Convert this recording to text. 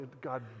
God